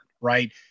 right